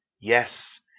yes